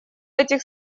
этих